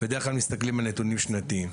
בדרך כלל מסתכלים על נתונים שנתיים.